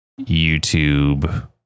youtube